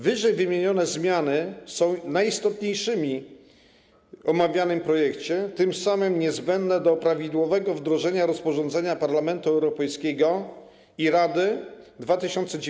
Wyżej wymienione zmiany są najistotniejsze w omawianym projekcie, tym samym niezbędne do prawidłowego wdrożenia rozporządzenia Parlamentu Europejskiego i Rady 2019/1009.